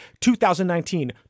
2019